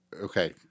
Okay